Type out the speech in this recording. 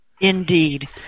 Indeed